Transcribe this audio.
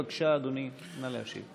בבקשה, אדוני, נא להשיב.